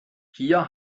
hier